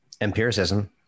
empiricism